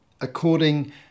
according